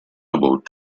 about